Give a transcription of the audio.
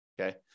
okay